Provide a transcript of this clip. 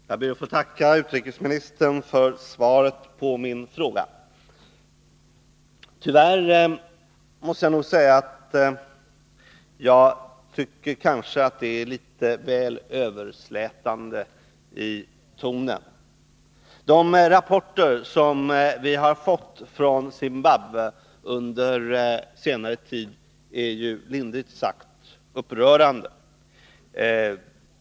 Herr talman! Jag ber att få tacka utrikesministern för svaret på min fråga. Tyvärr måste jag nog säga att jag tycker att det är litet väl överslätande i tonen. De rapporter som vi har fått från Zimbabwe under senare tid är, lindrigt sagt, upprörande.